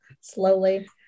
Slowly